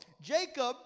Jacob